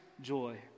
joy